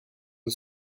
the